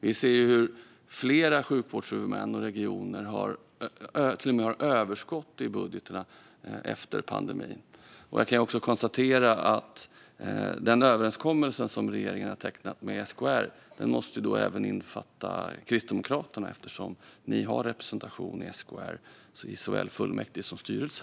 Vi ser hur flera sjukvårdshuvudmän och regioner till och med har överskott i budgetarna efter pandemin. Jag kan också konstatera att den överenskommelse som regeringen har tecknat med SKR även måste innefatta Kristdemokraterna eftersom ni har representation i SKR, i såväl fullmäktige som styrelse.